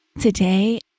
Today